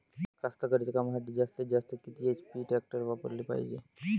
कास्तकारीच्या कामासाठी जास्तीत जास्त किती एच.पी टॅक्टर वापराले पायजे?